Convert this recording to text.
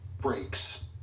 breaks